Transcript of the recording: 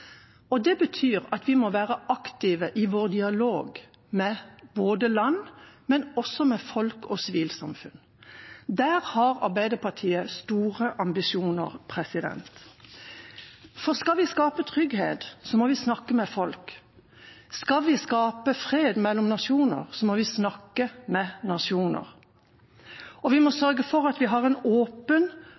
Det betyr at vi må være aktive i vår dialog med land, med folk og med sivilsamfunn. Der har Arbeiderpartiet store ambisjoner. For skal vi skape trygghet, må vi snakke med folk. Skal vi skape fred mellom nasjoner, må vi snakke med nasjoner. Vi må sørge for at vi har en åpen,